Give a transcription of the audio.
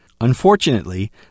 Unfortunately